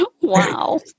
Wow